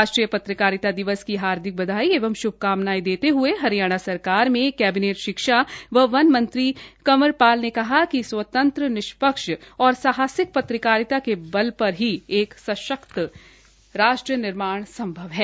राष्ट्रीय पत्रकारिता दिवस की हार्दिक बधाई एवं श्भकामनाएं देते हए हरियाणा सरकार में कैबिनेट शिक्षा व वन मंत्री कंवरपाल ने कहा कि स्वतंत्रए निष्पक्ष और साहसिक पत्रकारिता के बल पर ही एक सशक्त राष्ट्र निर्माण संभव है